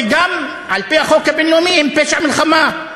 וגם על-פי החוק הבין-לאומי הן פשע מלחמה.